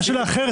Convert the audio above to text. למשל בארצות